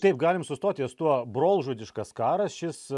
taip galim sustoti ties tuo brolžudiškas karas šis